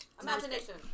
Imagination